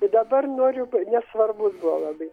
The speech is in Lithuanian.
tai dabar noriu nes svarbus buvo labai